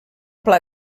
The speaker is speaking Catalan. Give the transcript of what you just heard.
pla